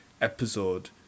episode